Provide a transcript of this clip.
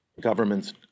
government's